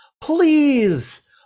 Please